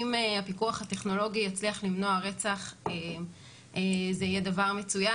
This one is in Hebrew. אם הפיקוח הטכנולוגי יצליח למנוע רצח זה יהיה דבר מצוין,